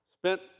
spent